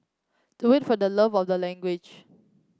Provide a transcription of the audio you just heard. do it for the love of the language